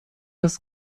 das